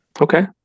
Okay